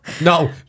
no